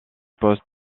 post